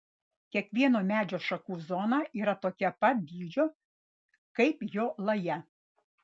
kiekvieno medžio šaknų zona yra tokio pat dydžio kaip jo laja